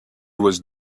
was